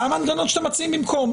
מה המנגנון שאתם מציעים במקום?